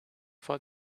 for